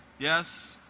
yes?